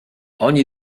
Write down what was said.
ogni